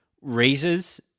raises